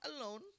alone